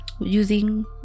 using